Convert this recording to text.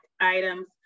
items